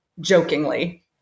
jokingly